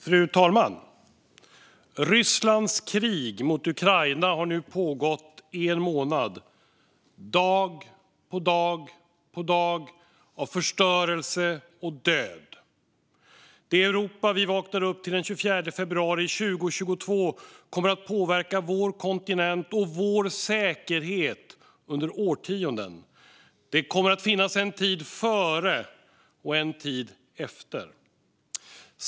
Fru talman! Rysslands krig mot Ukraina har nu pågått i en månad med dag på dag av förstörelse och död. Det Europa vi vaknade upp till den 24 februari 2022 kommer att påverka vår kontinent och vår säkerhet under årtionden. Det kommer att finnas en tid före och en tid efter detta.